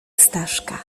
staszka